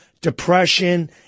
depression